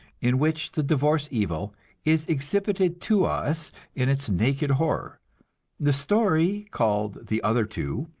in which the divorce evil is exhibited to us in its naked horror the story called the other two,